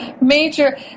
major